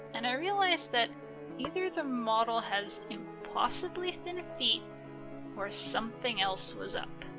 and realized that either the model has impossibly thin feet or something else was up.